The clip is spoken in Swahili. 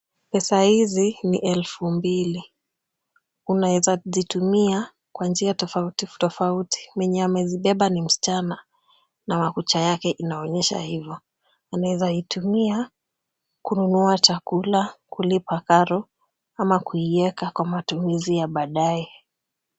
Pesa hizi ni elfu mbili. Unaeza zitumia kwa njia tofauti tofauti. Mwenye amezibeba ni msichana na makucha yake inaonyesha hivyo. Unaeza itumia kununua chakula, kulipa karo ama kuieka kwa matumizi ya baadae.